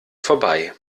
vorbei